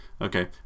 Okay